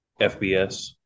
FBS